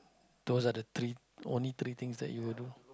those are the three only three things that you will do